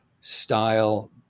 style